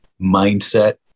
mindset